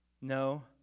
no